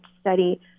study